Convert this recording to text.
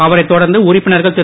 அவரை தொடர்ந்து உறுப்பினர்கள் திரு